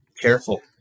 Careful